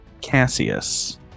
Cassius